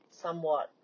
somewhat